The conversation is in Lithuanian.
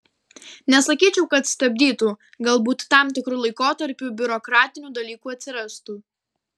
nesakyčiau kad stabdytų galbūt tam tikru laikotarpiu biurokratinių dalykų atsirastų